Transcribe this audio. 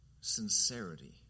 sincerity